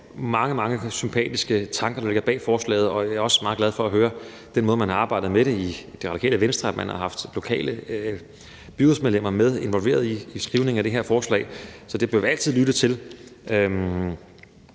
ligger mange sympatiske tanker bag forslaget, og jeg er også meget glad for at høre om den måde, man har arbejdet med det på i Radikale Venstre, altså at man har haft lokale byrådsmedlemmer involveret i skrivningen af det her forslag. Det bør vi altid lytte til.